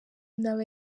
n’aba